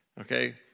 Okay